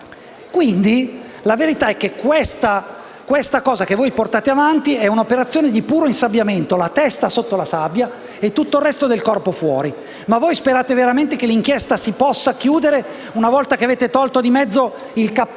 nessuno. La verità è che quella che voi portate avanti è un'operazione di puro insabbiamento: la testa è sotto la sabbia e tutto il resto del corpo è fuori. Ma voi sperate veramente che l'inchiesta si possa chiudere una volta che avete tolto di mezzo il cappello